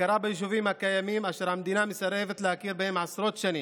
הכרה ביישובים הקיימים אשר המדינה מסרבת להכיר בהם עשרות שנים.